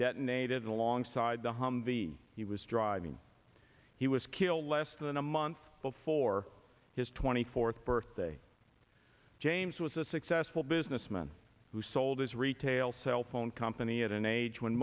detonated alongside the home the he was driving he was killed less than a month before his twenty fourth birthday james was a successful businessman who sold his retail cell phone company at an age when